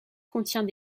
contient